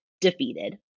defeated